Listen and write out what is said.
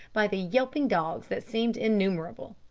by the yelping dogs that seemed innumerable.